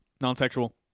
Non-sexual